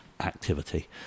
activity